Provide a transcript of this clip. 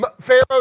Pharaoh